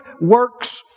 works